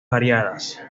variadas